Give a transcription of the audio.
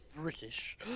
British